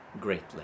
greatly